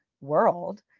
world